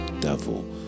devil